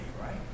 Right